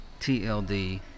TLD